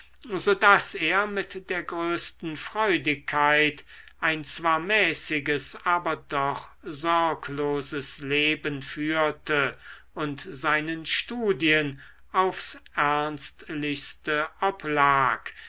so daß er mit der größten freudigkeit ein zwar mäßiges aber doch sorgloses leben führte und seinen studien aufs ernstlichste oblag